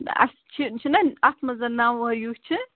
اَسہِ چھِ چھُنہ اَتھ منٛز نَو وُہہ یُس چھِ